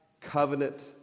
covenant